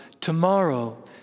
tomorrow